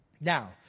Now